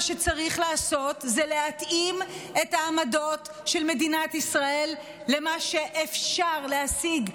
מה שצריך לעשות זה להתאים את העמדות של מדינת ישראל למה שאפשר להשיג,